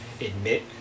admit